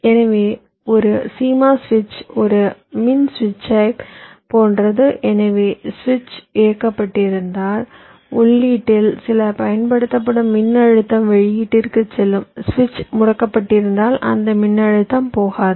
எனவே ஒரு CMOS சுவிட்ச் ஒரு மின் சுவிட்சைப் போன்றது எனவே சுவிட்ச் இயக்கப்பட்டிருந்தால் உள்ளீட்டில் சில பயன்படுத்தப்படும் மின்னழுத்தம் வெளியீட்டிற்குச் செல்லும் சுவிட்ச் முடக்கப்பட்டிருந்தால் அந்த மின்னழுத்தம் போகாது